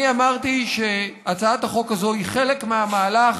אני אמרתי שהצעת החוק הזו היא חלק מהמהלך